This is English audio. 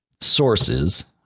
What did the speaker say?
sources